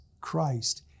Christ